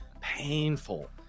painful